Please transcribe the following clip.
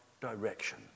direction